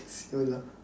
excuse ah